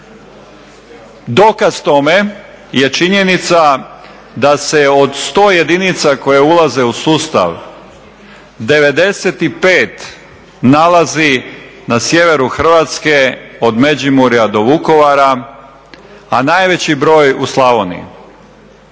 Dokaz tome je činjenica da se od 100 jedinica koje ulaze u sustav 95 nalazi na sjeveru Hrvatske od Međimurja do Vukovara, a najveći broj u Slavoniji.